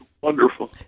wonderful